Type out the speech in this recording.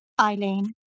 Eileen